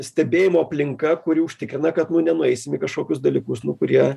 stebėjimo aplinka kuri užtikrina kad nu nueisim į kašokius dalykus nu kurie